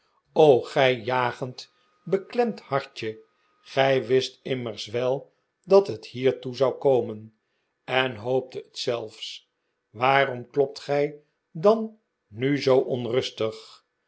o gij jagend beklemd hartje gij wist immers wel dat het hiertoe zou komen en hooptet het zelfs waarom klopt gij dan nu zoo onrustig